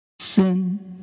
Sin